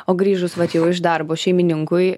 o grįžus vat jau iš darbo šeimininkui